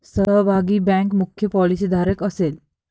सहभागी बँक मुख्य पॉलिसीधारक असेल